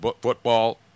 football